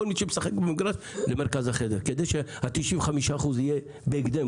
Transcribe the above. מי שמשחק במגרש למרכז החדש כדי ש-95% יהיה בהקדם,